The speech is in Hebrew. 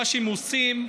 מה שהם עושים,